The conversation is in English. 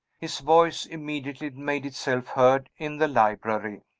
his voice immediately made itself heard in the library.